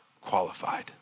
qualified